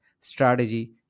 strategy